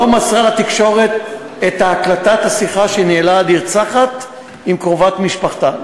לא מסרה לתקשורת את הקלטת השיחה שניהלה הנרצחת עם קרובת משפחתה,